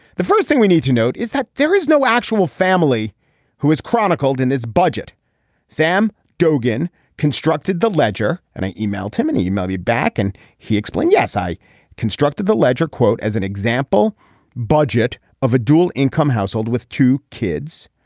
the first thing we need to note is that there is no actual family who has chronicled in this budget sam dogan constructed the ledger and i emailed him and he e-mailed me back and he explained yes i constructed the ledger quote as an example budget of a dual income household with two kids.